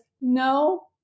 no